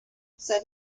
said